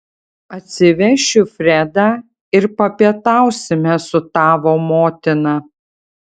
atsivešiu fredą ir papietausime su tavo motina